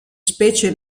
specie